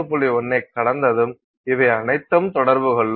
1 ஐக் கடந்ததும் இவை அனைத்தும் தொடர்பு கொள்ளும்